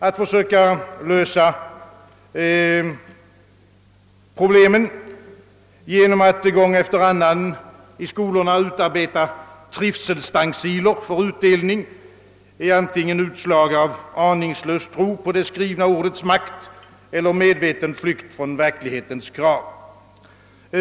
Att försöka lösa problemen genom att gång efter gång i skolorna utarbeta »trivselstenciler» för utdelning är antingen utslag av en aningslös tro på det skrivna ordets makt eller medveten flykt från verklighetens krav.